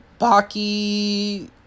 Baki